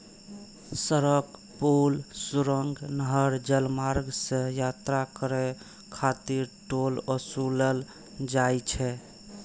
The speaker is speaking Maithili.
सड़क, पुल, सुरंग, नहर, जलमार्ग सं यात्रा करै खातिर टोल ओसूलल जाइ छै